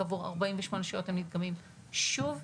כעבור 48 שעות הם נדגמים שוב,